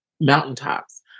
mountaintops